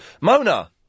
Mona